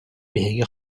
биһиги